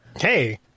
Hey